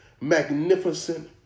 magnificent